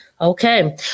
Okay